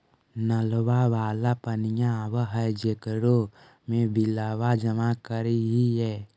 नलवा वाला पनिया आव है जेकरो मे बिलवा जमा करहिऐ?